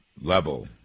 level